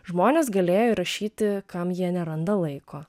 žmonės galėjo rašyti kam jie neranda laiko